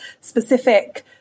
specific